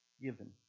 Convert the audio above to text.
given